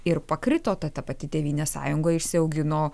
ir pakrito tai ta pati tėvynės sąjunga išsiaugino